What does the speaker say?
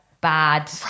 bad